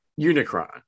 Unicron